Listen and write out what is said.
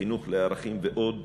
חינוך לערכים ועוד.